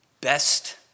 best